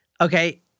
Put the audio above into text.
okay